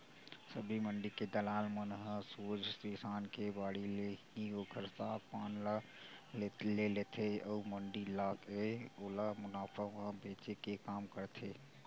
सब्जी मंडी के दलाल मन ह सोझ किसान के बाड़ी ले ही ओखर साग पान ल ले लेथे अउ मंडी लाके ओला मुनाफा म बेंचे के काम करथे